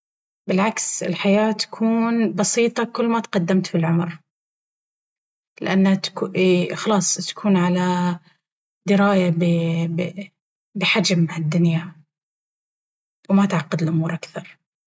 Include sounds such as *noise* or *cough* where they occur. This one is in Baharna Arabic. بالعكس الحياة تكون بسيطة كل ما تقدمت بالعمر لأن *unintelligible* خلاص تكون على دراية بحجم هالدنيا وما تعقد الأمور أكثر.